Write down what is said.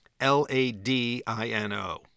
L-A-D-I-N-O